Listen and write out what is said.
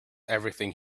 everything